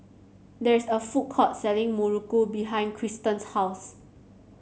there is a food court selling muruku behind Kristan's house